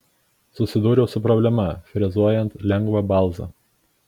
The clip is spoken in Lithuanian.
susidūriau su problema frezuojant lengvą balzą